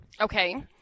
Okay